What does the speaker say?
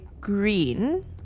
green